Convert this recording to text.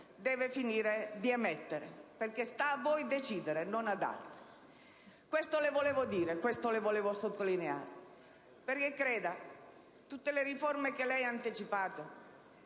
deve finire di emettere, perché sta a voi decidere, non ad altri. Questo le volevo dire, questo le volevo sottolineare, perché creda: tutte le riforme che lei ha anticipato,